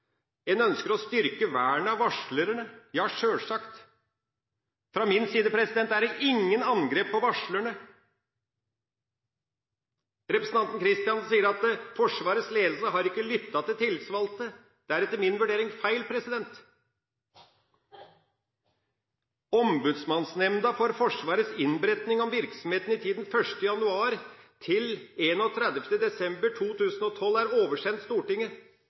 En ønsker å styrke vernet av varslerne – ja, sjølsagt. Fra min side er det ingen angrep på varslerne. Representanten Kristiansen sier at Forsvarets ledelse ikke har lyttet til tillitsvalgte. Det er etter min vurdering feil. Ombudsmannsnemnda for Forsvarets innberetning om virksomheten i tiden 1. januar til 31. desember 2012 er oversendt Stortinget.